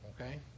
Okay